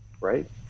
right